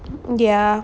ya